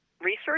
research